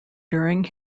during